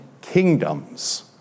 kingdoms